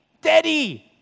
Daddy